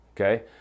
Okay